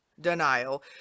denial